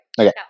Okay